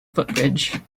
footbridge